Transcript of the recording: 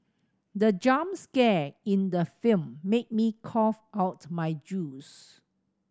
the jump scare in the film made me cough out my juice